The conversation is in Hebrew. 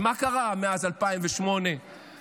אז מה קרה מאז 2008 ל-2024?